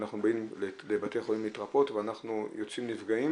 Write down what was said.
כשאנחנו באים לבית חולים להתרפא ואנחנו יוצאים נפגעים